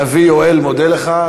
הנביא יואל מודה לך.